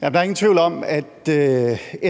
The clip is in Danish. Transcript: Der er ingen tvivl om, at